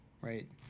right